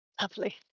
Lovely